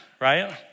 right